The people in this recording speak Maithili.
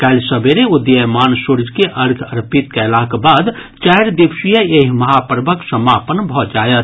काल्हि सबेरे उदीयमान सूर्य के अर्घ्य अर्पित कयलाक बाद चारि दिवसीय एहि महापर्वक समापन भऽ जायत